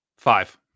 Five